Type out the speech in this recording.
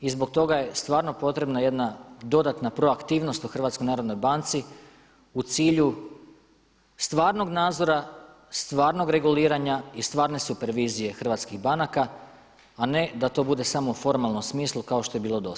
I zbog toga je stvarno potrebna jedna dodatna proaktivnost u HNB-u u cilju stvarnog nadzora, stvarnog reguliranja i stvarne supervizije hrvatskih banaka, a ne da to bude samo u formalnom smislu kao što je bilo dosad.